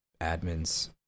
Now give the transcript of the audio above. admins